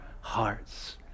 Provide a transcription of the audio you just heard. hearts